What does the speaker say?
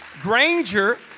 Granger